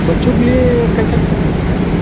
बच्चों के लिए कैसा जूता चाहिए आपको